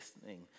listening